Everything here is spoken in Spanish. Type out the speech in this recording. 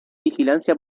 vigilancia